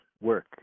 work